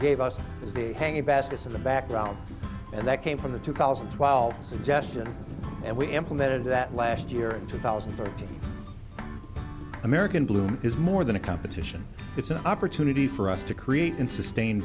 gave us as the hanging baskets in the background and that came from the two thousand and twelve suggestion and we implemented that last year two thousand and thirteen american bloom is more than a competition it's an opportunity for us to create and sustain